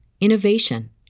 innovation